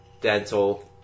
dental